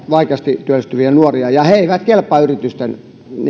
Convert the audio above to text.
vaikeasti työllistyviä nuoria ja he eivät kelpaa yritysten